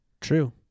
True